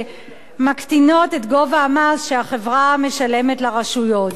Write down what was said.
שמקטינות את גובה המס שהחברה משלמת לרשויות.